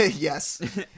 Yes